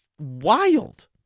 wild